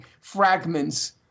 fragments